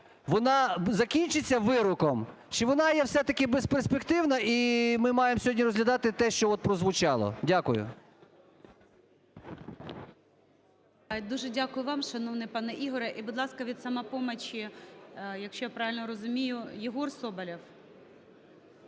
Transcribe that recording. вона закінчиться вироком чи вона є все-таки безперспективна і ми маємо сьогодні розглядати те, що прозвучало? Дякую. ГОЛОВУЮЧИЙ. Дуже дякую вам, шановний пане Ігоре. І, будь ласка, від "Самопомочі", якщо я правильно розумію, Єгор Соболєв.